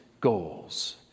goals